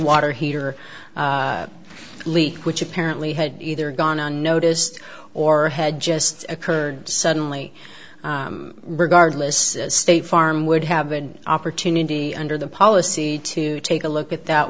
water heater leak which apparently had either gone unnoticed or had just occurred suddenly regardless state farm would have an opportunity under the policy to take a look at that